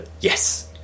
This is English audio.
Yes